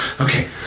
Okay